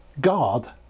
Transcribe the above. God